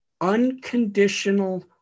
unconditional